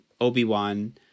Obi-Wan